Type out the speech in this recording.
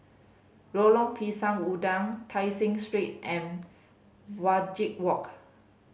Lorong Pisang Udang Tai Seng Street and Wajek Walk